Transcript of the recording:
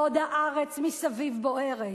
בעוד הארץ מסביב בוערת,